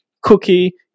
Cookie